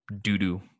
doo-doo